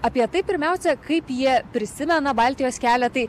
apie tai pirmiausia kaip jie prisimena baltijos kelią tai